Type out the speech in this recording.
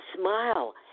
smile